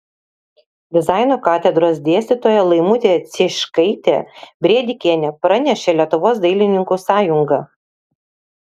dizaino katedros dėstytoja laimutė cieškaitė brėdikienė pranešė lietuvos dailininkų sąjunga